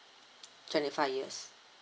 twenty five years